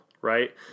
right